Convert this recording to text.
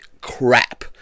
crap